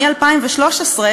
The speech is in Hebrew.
מ-2013,